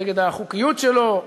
נגד החוקיות שלו.